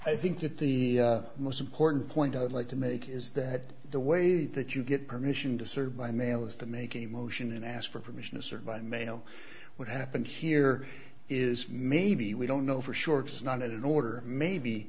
i think that the most important point of like to make is that the way that you get permission to search by mail is to make a motion and ask for permission is or by mail what happened here is maybe we don't know for sure it's not an order maybe